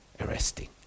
arresting